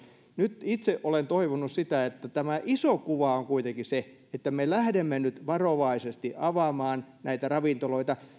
nyt itse olen toivonut sitä että tämä iso kuva olisi kuitenkin se että me lähdemme nyt varovaisesti avaamaan näitä ravintoloita